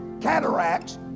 cataracts